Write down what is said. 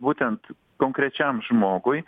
būtent konkrečiam žmogui